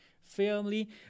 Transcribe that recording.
family